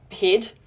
head